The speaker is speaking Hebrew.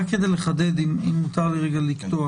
רציתי לחדד, אם מותר לי לקטוע